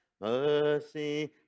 mercy